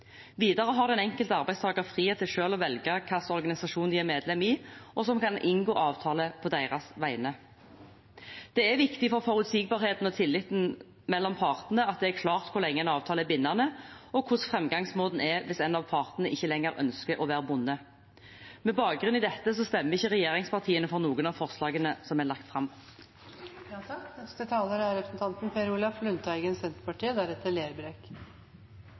Videre har den enkelte arbeidstaker frihet til selv å velge hvilken organisasjon de er medlem i, og som kan inngå avtale på deres vegne. Det er viktig for forutsigbarheten og tilliten mellom partene at det er klart hvor lenge en avtale er bindende, og hvordan framgangsmåten er hvis en av partene ikke lenger ønsker å være bundet. Med bakgrunn i dette stemmer ikke regjeringspartiene for noen av forslagene som er lagt fram. Først vil jeg ta opp forslaget som Senterpartiet har sammen med SV. Så vil jeg også si at Senterpartiet